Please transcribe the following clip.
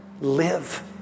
live